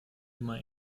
immer